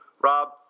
Rob